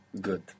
Good